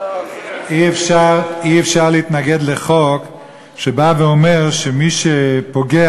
אי-אפשר להתנגד לחוק שבא ואומר שמי שפוגע